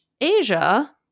Asia